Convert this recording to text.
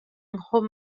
nghwm